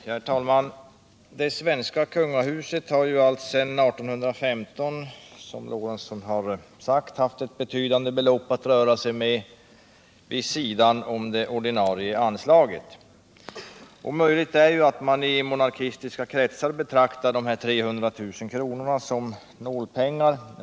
Herr talman! Det svenska kungahuset har alltsedan 1815, som Gustav Lorentzon sade, haft ett betydande belopp att röra sig med vid sidan av det ordinarie anslaget. Möjligt är att man i monarkistiska kretsar betraktar de 300 000 kronorna som nålpengar.